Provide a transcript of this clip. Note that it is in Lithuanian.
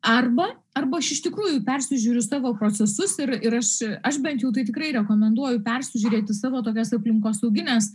arba arba aš iš tikrųjų persižiūriu savo procesus ir ir aš bent jau tai tikrai rekomenduoju persižiūrėti savo tokias aplinkosaugines